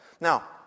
Now